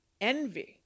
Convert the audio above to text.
envy